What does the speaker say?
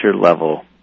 level